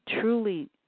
truly